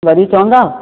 वरी चवंदा